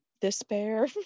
despair